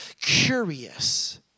curious